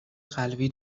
قلبی